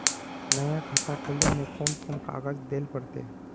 नया खाता खोले में कौन कौन कागज देल पड़ते?